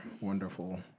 wonderful